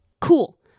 Cool